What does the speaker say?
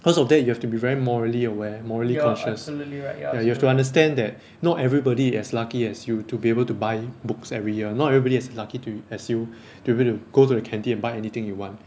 cause of that you have to be very morally aware morally cautious and you have to understand that not everybody as lucky as you to be able to buy books every year not everybody as lucky to as you to be able to go to the canteen and buy anything you want